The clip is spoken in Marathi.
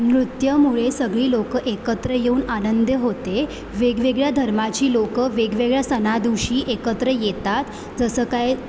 नृत्यामुळे सगळी लोकं एकत्र येऊन आनंदे होते वेगवेगळ्या धर्माची लोकं वेगवेगळ्या सणादिवशी एकत्र येतात जसं काय